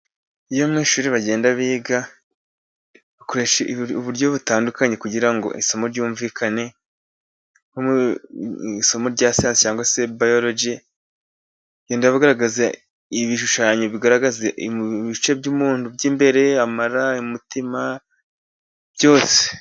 Iyo abanyeshuri bagenda biga bakoresha uburyo butandukanye, kugira ngo isomo ryumvikane. Nko mu isomo rya siyansi cyangwa se bayoroji, bagenda bagaragaza ibishushanyo bigaragaza ibice by'umuntu by'imbere, amara, umutima byose.